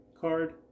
card